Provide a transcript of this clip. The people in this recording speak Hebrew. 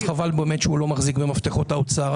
אז חבל באמת שהוא לא מחזיק במפתחות האוצר.